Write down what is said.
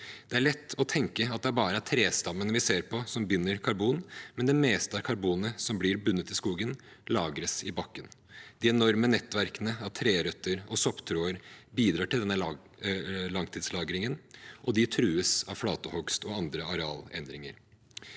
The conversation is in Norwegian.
Det er lett å tenke at det bare er trestammen vi ser på, som binder karbon, men det meste av karbonet som blir bundet i skogen, lagres i bakken. De enorme nettverkene av trerøtter og sopptråder bidrar til denne langtidslagringen, og de trues av flatehogst og andre arealendringer.